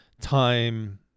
time